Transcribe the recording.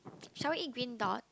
shall we eat Green-Dot